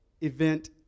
event